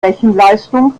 rechenleistung